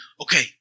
okay